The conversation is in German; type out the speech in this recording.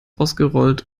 ausgerollt